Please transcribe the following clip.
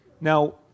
Now